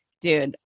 dude